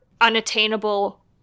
unattainable